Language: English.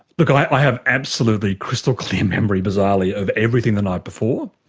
but so i have absolutely crystal clear memory, bizarrely, of everything the night before.